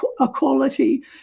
equality